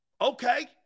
Okay